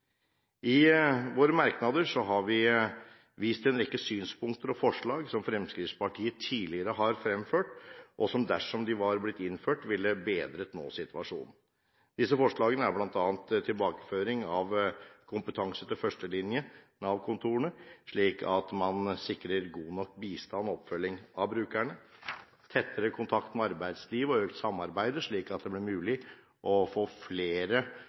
I våre merknader har vi vist til en rekke synspunkter og forslag som Fremskrittspartiet tidligere har fremført, og som dersom de var blitt innført, ville bedret nåsituasjonen. Disse forslagene er bl.a.: tilbakeføring av kompetanse til førstelinjen/Nav-kontorene slik at man sikrer god nok bistand og oppfølging av brukerne tettere kontakt med arbeidslivet og økt samarbeid slik at det det blir mulig for flere å